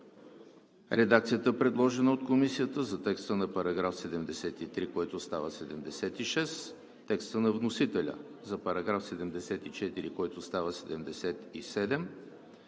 редакцията, предложена от Комисията за текста на § 73, който става § 76; текста на вносителя за § 74, който става §